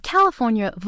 California